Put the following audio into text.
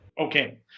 Okay